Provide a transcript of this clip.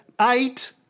Eight